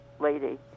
lady